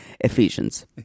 Ephesians